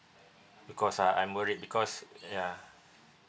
because uh I'm worried because ya